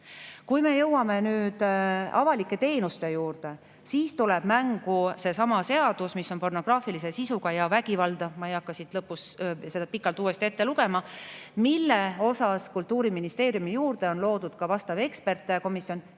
Kui me jõuame nüüd avalike teenuste juurde, siis tuleb mängu seesama seadus, pornograafilise sisuga ja vägivalda … Ma ei hakka seda pikalt uuesti ette lugema. Selle jaoks on Kultuuriministeeriumi juurde loodud vastav ekspertkomisjon, kes